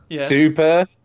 Super